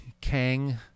Kang